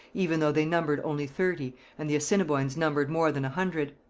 even though they numbered only thirty and the assiniboines numbered more than a hundred.